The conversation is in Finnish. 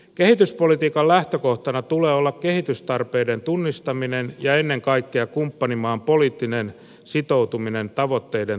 kehityspolitiikan lähtökohtana tulee olla kehitystarpeiden tunnistaminen ja ennen kaikkea kumppanimaan poliittinen sitoutuminen tavoitteiden toimeenpanoon